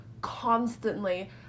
constantly